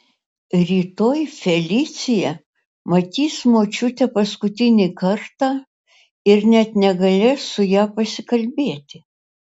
rytoj felicija matys močiutę paskutinį kartą ir net negalės su ja pasikalbėti